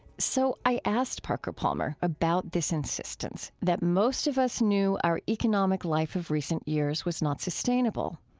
so i asked parker palmer about this insistence that most of us knew our economic life of recent years was not sustainable.